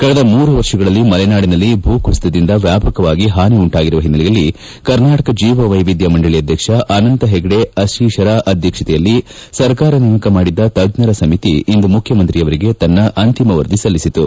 ಕಳೆದ ಮೂರು ವರ್ಷಗಳಲ್ಲಿ ಮಲೆನಾಡಿನಲ್ಲಿ ಭೂ ಕುಸಿತದಿಂದ ವ್ವಾಪಕವಾಗಿ ಹಾನಿ ಉಂಟಾಗಿರುವ ಹಿನ್ನೆಲೆಯಲ್ಲಿ ಕರ್ನಾಟಕ ಜೀವವೈವಿದ್ಯ ಮಂಡಳಿ ಅಧ್ಯಕ್ಷ ಅನಂತ ಹೆಗಡೆ ಅಶೀಸರ ಅಧ್ಯಕ್ಷತೆಯಲ್ಲಿ ಸರ್ಕಾರ ನೇಮಕ ಮಾಡಿದ್ದ ತುಜ್ಜರ ಸಮಿತಿ ಇಂದು ಮುಖ್ಯಮಂತ್ರಿಯವರಿಗೆ ತನ್ನ ಅಂತಿಮ ವರದಿ ಸಲ್ಲಿಸಿತು